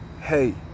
hey